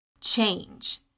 change